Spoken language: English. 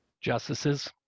Justices